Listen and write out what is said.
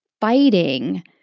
fighting